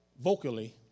vocally